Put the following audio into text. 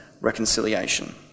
reconciliation